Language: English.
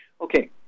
Okay